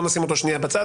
נשים אותו שנייה בצד.